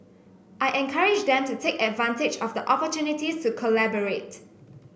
I encourage them to take advantage of the opportunities to collaborate